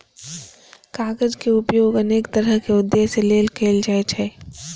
कागज के उपयोग अनेक तरहक उद्देश्य लेल कैल जाइ छै